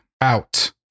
out